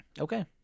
Okay